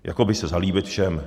Jakoby se zalíbit všem.